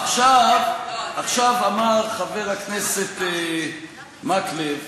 עכשיו, אמר חבר הכנסת מקלב